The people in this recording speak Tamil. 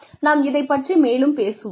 நாம் இதைப் பற்றி மேலும் பேசுவோம்